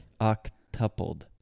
Octupled